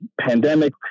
pandemic